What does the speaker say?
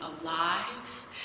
alive